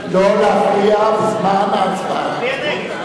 לא להפריע בזמן ההצבעה.